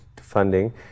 funding